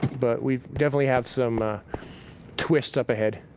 but we definitely have some twists up ahead.